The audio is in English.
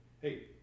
hey